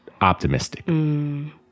optimistic